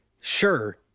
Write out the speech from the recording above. sure